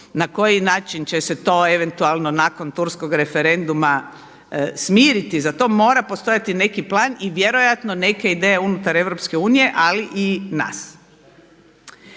na koji način će se to eventualno nakon turskog referenduma smiriti, za to mora postojati neki plan i vjerojatno neke ideje unutar EU ali i nas.